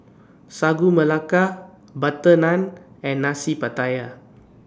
Sagu Melaka Butter Naan and Nasi Pattaya